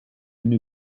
new